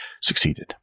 succeeded